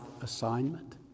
assignment